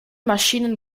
maschinen